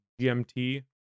GMT